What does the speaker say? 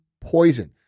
poison